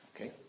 okay